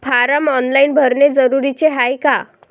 Form online भरने जरुरीचे हाय का?